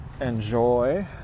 enjoy